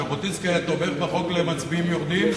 ז'בוטינסקי היה תומך בחוק למצביעים יורדים?